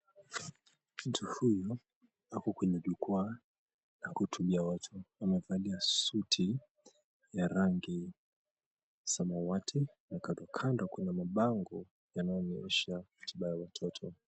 Mtu huyu ako kwenye jukwaa kuhutubia watu amevalia suti ya rangi ya samawati na kandokando kuna mabango yanayonyesha katiba ya watoto.